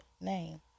name